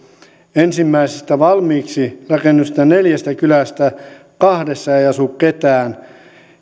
ensimmäisistä valmiiksi rakennetuista neljästä kylästä kahdessa ei asu ketään